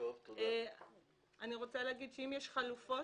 אם יש חלופות,